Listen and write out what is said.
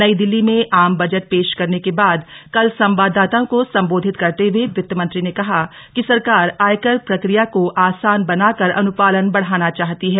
नई दिल्ली में आम बजट पेश करने के बाद कल संवाददाताओं को संबोधित करते हए वित्तमंत्री ने कहा कि सरकार आयकर प्रक्रिया को आसान बना कर अनुपालन बढ़ाना चाहती है